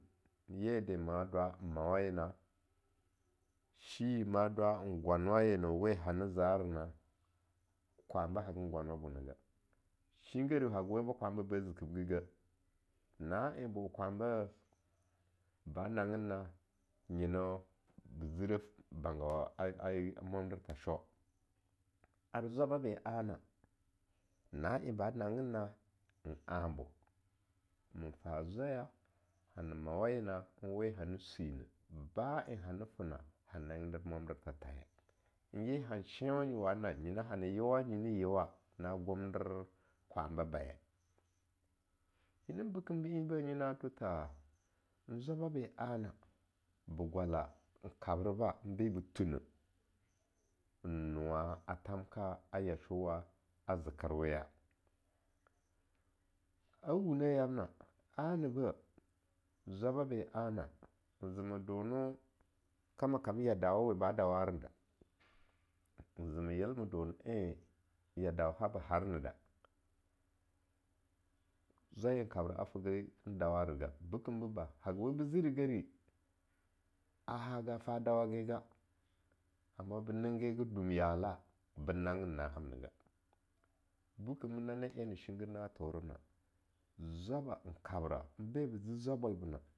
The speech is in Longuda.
Ye de am dwa n mawayena, shiye ma dwa n gwanwayena we ane za-rana, kwanba hagan gwanwa bo na ga, shingere haga wai bo kwanba ba zikibgigeh, na'en bo kwanba ba nangin na nye na ba zireh bangawa a mwandirtha shoar zwaba ben a-na na en ba nayin nan anobo, ma fa zwaya hana mawayena we hani swi neb ba'a en hanifena hana nanginder mwander tha thaye. Ye han shenwa nyi wane na nyena hana yeowa nyi ne yeowa na gnder kwanbabaye. Nyina bekim be enbeh nyi na do tha zwaba ben a-na be gwala n kabreba be ba thuhne, en nowa a thanka a yashowa a zekerweya; a wune yamna anneh be, zwaba ben ana maze ma dono kama kam ya dawe ba dawa ren da mazama yelma done e ya dau ha ba harne da, zwaiye in kabra a fegan dawara ga, be ka boba, haga wai be zirigeri, a haga fa dawagega amma ningega dumyalaga ben nanggen na'amnaga, bekembo nane en ni shingirna thorena, zwaba, kabra enbe ba zi zwabwalbena.